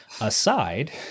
aside